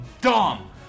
Dumb